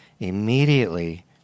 Immediately